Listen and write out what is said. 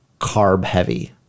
carb-heavy